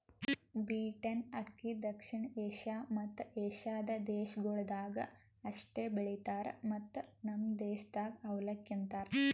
beaten ಅಕ್ಕಿ ದಕ್ಷಿಣ Asia ಮತ್ತ ಏಷ್ಯಾದ ದೇಶಗೊಳ್ದಾಗ್ ಅಷ್ಟೆ ಬೆಳಿತಾರ್ ಮತ್ತ ನಮ್ ದೇಶದಾಗ್ ಅವಲಕ್ಕಿ ಅಂತರ್